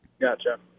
Gotcha